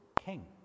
king